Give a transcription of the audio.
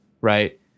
right